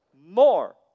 more